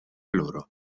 loro